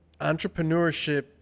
Entrepreneurship